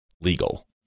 legal